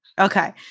Okay